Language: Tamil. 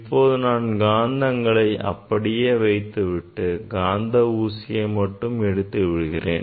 இப்போது நான் காந்தங்களை அப்படியே வைத்துவிட்டு காந்த ஊசியை மட்டும் எடுத்து விடுகிறேன்